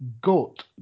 gut